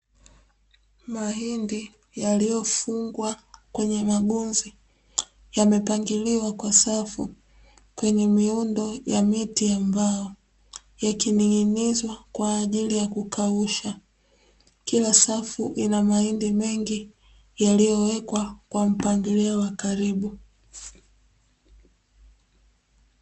Mahindi yaliyofungwa kwenye magunzi yamepangiliwa kwa safu kwenye miundo ya miti ya mbao, yakining'inizwa kwa ajili ya kukausha. Kila safu ina mahindi mengi yaliyowekwa kwa mpangilio wa karibu.